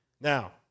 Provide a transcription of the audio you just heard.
now